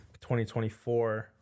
2024